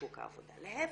בשוק העבודה, להיפך.